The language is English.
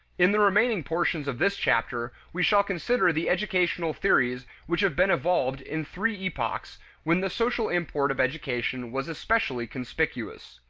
in the remaining portions of this chapter, we shall consider the educational theories which have been evolved in three epochs when the social import of education was especially conspicuous.